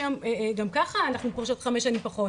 גם ככה, אנחנו פורשות חמש שנים פחות